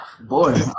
boy